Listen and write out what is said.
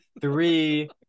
Three